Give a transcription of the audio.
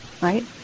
Right